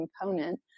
component